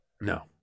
No